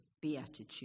beatitude